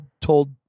told